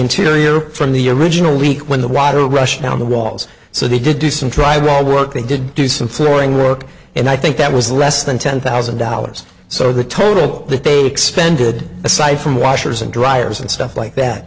interior from the original leak when the water rushed down the walls so they did do some drywall work they did do some flooring work and i think that was less than ten thousand dollars so the total that they expended aside from washers and dryers and stuff like that